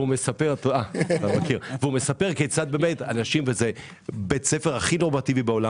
והוא מספר איך בבית ספר הכי נורמטיבי בעולם